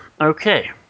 Okay